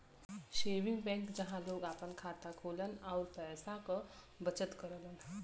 saving bank जहां लोग आपन खाता खोलन आउर पैसा क बचत करलन